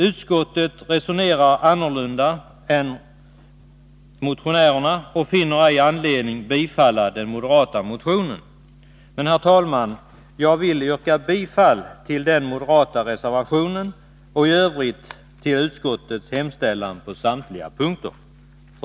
Utskottet resonerar annorlunda än motionärerna och finner ej anledning att tillstyrka den moderata motionen. Fru talman! Jag yrkar bifall till den moderata reservationen och i övrigt till utskottets hemställan på samtliga punkter.